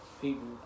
people